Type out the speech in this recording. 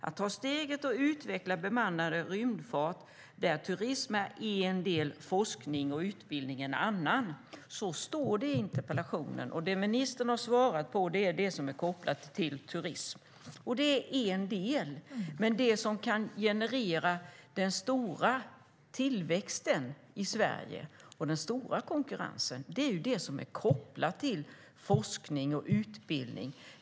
Att ta steget och utveckla bemannad rymdfart där turism är en del, forskning och utbildningen en annan." Så står det i interpellationen, men det ministern har svarat på är det som är kopplat till turism. Det är en del, men det som kan generera den stora tillväxten i Sverige och den stora konkurrensen är det som är kopplat till forskning och utbildning.